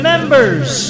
members